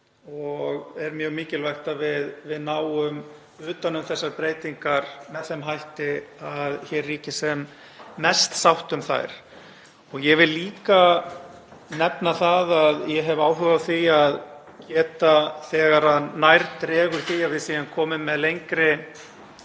og er mjög mikilvægt að við náum utan um þessar breytingar með þeim hætti að hér ríki sem mest sátt um þær. Ég vil líka nefna að ég hef áhuga á því, þegar nær dregur því að við séum komin lengra